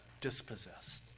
dispossessed